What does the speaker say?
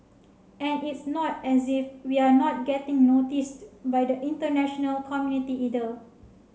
and it's not as if we're not getting noticed by the international community either